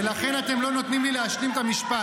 ולכן אתם לא נותנים לי להמשיך את המשפט.